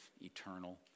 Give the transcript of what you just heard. eternal